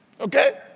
Okay